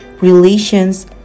relations